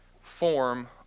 form